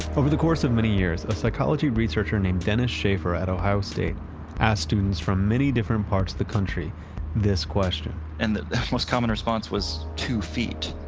over the course of many years, a psychology researcher named dennis shaffer at ohio state asked students from many different parts of the country this question and the most common response was two feet.